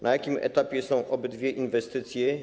Na jakim etapie są obydwie inwestycje?